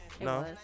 no